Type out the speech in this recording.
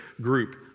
group